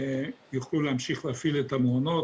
יוכלו להמשיך להפעיל את המעונות.